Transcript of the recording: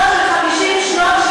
הם חיילים שמבקשים מכולנו להביט במראה,